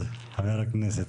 הממשלה.